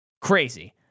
Crazy